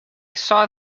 saw